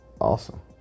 awesome